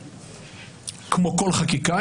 כמו כל חקיקה,